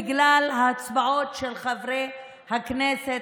בגלל ההצבעות של חברי הכנסת,